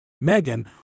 Megan